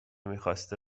میخواسته